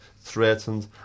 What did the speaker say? threatened